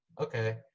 Okay